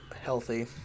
healthy